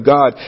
God